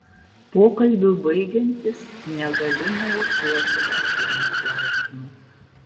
pokalbiui baigiantis negaliu neužduoti dar vieno klausimo